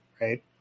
right